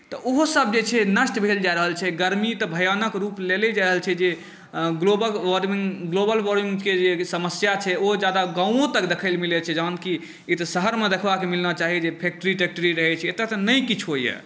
तऽ ओहोसभ जे छै नष्ट भेल जाए रहल छै गर्मी तऽ भयानक रूप लेने जा रहल छै जे ग्लोबल वार्मिंगके जे समस्या छै ओ ज्यादा गाँवो तक देखय लेल मिलैत छै जहन कि ई तऽ शहरमे देखबाक मिलना चाही जे फैक्ट्री तैक्ट्री रहैत छै एतय तऽ नहि किछो यए